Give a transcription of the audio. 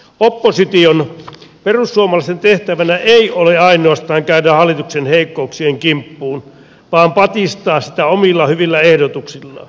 opposition perussuomalaisten tehtävänä ei ole ainoastaan käydä hallituksen heikkouksien kimppuun vaan patistaa sitä omilla hyvillä ehdotuksillaan